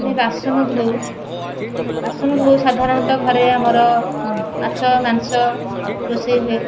ଆମେ ବାସନ ଧୋଉ ବାସନ ଧୋଉ ସାଧାରଣତଃ ଘରେ ଆମର ମାଛ ମାଂସ ରୋଷେଇ ହୁଏ